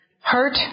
hurt